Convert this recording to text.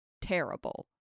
terrible